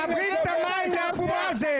מחברים את המים לאבו מאזן.